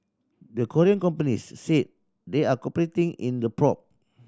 the Korean companies said they're cooperating in the probe